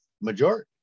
majority